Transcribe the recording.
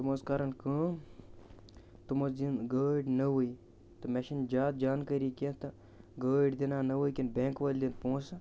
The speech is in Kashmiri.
تِم حظ کَرَن کٲم تِم حظ دِن گٲڑۍ نٔوٕے تہٕ مےٚ چھِنہٕ زیادٕ جانکٲری کیٚنٛہہ تہٕ گٲڑۍ دِنا نٔوٕے کِن بٮ۪نٛک وٲلۍ دِن پونٛسہٕ